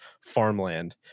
farmland